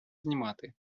знімати